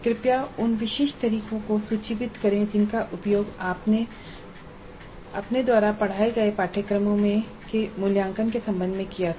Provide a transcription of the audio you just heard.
कृपया उन विशिष्ट तकनीकों को सूचीबद्ध करें जिनका उपयोग आपने अपने द्वारा पढ़ाए जाने वाले पाठ्यक्रमों में मूल्यांकन के संबंध में किया था